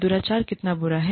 दुराचार कितना बुरा है